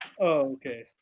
okay